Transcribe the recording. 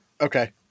Okay